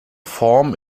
form